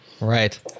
Right